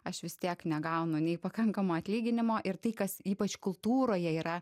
aš vis tiek negaunu nei pakankamo atlyginimo ir tai kas ypač kultūroje yra